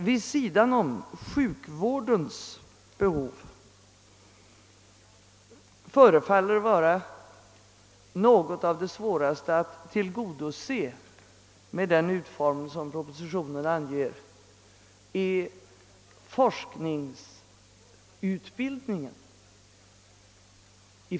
Vid sidan av sjukvårdens behov förefaller behoven inom den framtida medicinska forskarutbildningen tillhöra dem som är svårast att tillgodose med den utformning av organisationen som anges i propositionen.